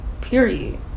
period